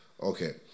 Okay